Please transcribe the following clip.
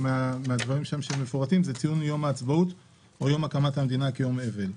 מהדברים שמפורטים שם זה ציון יום העצמאות ויום הקמת המדינה כיום אבל.